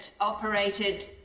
operated